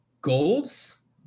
goals